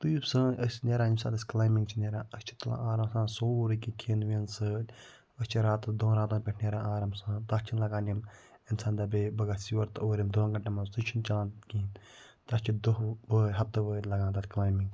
تہٕ یُس سٲنۍ أسۍ نیران ییٚمہِ ساتہٕ أسۍ کٕلایمبِنٛگ چھِ نیران أسۍ چھِ تُلان آرام سان سورُے کیٚنٛہہ کھٮ۪ن وٮ۪ن سۭتۍ أسۍ چھِ راتَس دۄن راتَن پٮ۪ٹھ نیران آرام سان تَتھ چھِنہٕ لگان یِم اِنسان دَپہِ ہے بہٕ گَژھ یورٕ تہٕ اورٕ یِمہٕ دۄن گٲنٛٹَن مَنٛز تہِ چھُنہٕ چَلان کِہیٖنۍ تَتھ چھِ دۄہ وٲۍ ہفتہٕ وٲدۍ لگان تَتھ کٕلایمبِنٛگ